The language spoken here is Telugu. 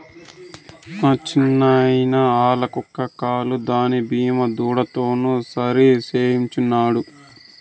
మా చిన్నాయిన ఆల్ల కుక్క కాలు దాని బీమా దుడ్డుతోనే సరిసేయించినాడు